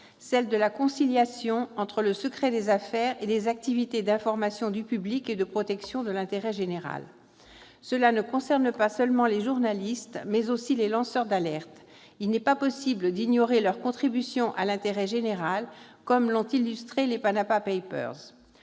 celle de la conciliation entre le secret des affaires et les activités d'information du public et de protection de l'intérêt général. Cette question ne concerne pas seulement les journalistes, mais aussi les lanceurs d'alerte. Il n'est pas possible d'ignorer leur contribution à l'intérêt général, comme l'ont illustré les « Panama papers ».